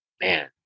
man